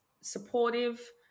supportive